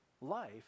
life